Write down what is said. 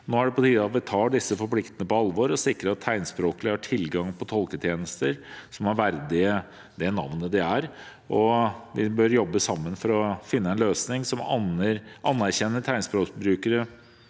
Nå er det på tide at vi tar disse forpliktelsene på alvor og sikrer at tegnspråklige har tilgang på tolketjenester som er verdige det navnet det har. Vi bør jobbe sammen for å finne en løsning som anerkjenner at tegnspråkbrukere